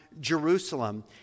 Jerusalem